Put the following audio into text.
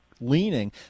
leaning